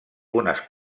unes